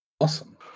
Awesome